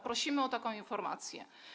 Prosimy o taką informację.